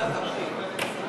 ועדת הפנים.